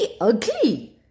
ugly